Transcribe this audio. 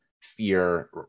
fear